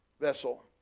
vessel